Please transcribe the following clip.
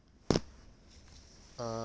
um